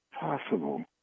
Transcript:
possible